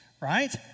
right